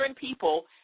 people